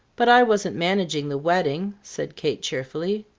but i wasn't managing the wedding, said kate cheerfully.